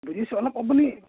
বুজিছোঁ অলপ আপুনি